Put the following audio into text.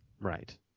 Right